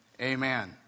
amen